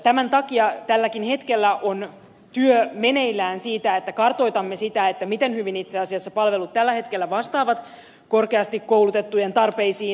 tämän takia tälläkin hetkellä on työ meneillään siitä että kartoitamme sitä miten hyvin itse asiassa palvelut tällä hetkellä vastaavat korkeasti koulutettujen tarpeisiin